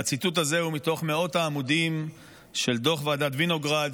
והציטוט הזה הוא מתוך מאות העמודים של דוח ועדת וינוגרד,